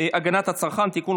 הגנת הצרכן (תיקון,